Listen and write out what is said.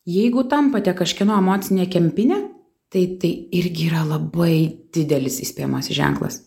jeigu tampate kažkieno emocinė kempinė tai tai irgi yra labai didelis įspėjamasis ženklas